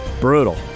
Brutal